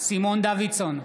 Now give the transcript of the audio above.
סימון דוידסון,